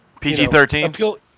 PG-13